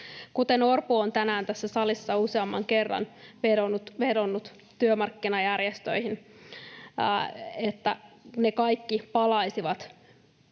Orpo on tänään tässä salissa useamman kerran vedonnut työmarkkinajärjestöihin, että ne kaikki palaisivat